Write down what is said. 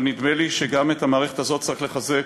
אבל נדמה לי שגם את המערכת הזאת צריך לחזק,